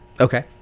Okay